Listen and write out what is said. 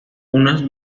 unas